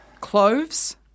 Cloves